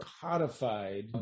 codified